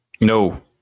No